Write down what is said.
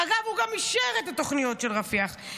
אגב, הוא גם אישר את התוכניות של רפיח.